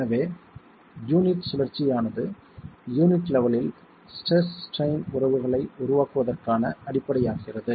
எனவே யூனிட் சுழற்சியானது யூனிட் லெவெலில் ஸ்ட்ரெஸ் ஸ்ட்ரைன் உறவுகளை உருவாக்குவதற்கான அடிப்படையாகிறது